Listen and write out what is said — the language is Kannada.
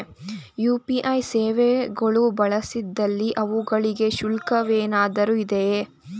ಯು.ಪಿ.ಐ ಸೇವೆಗಳು ಬಳಸಿದಲ್ಲಿ ಅವುಗಳಿಗೆ ಶುಲ್ಕವೇನಾದರೂ ಇದೆಯೇ?